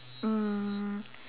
mm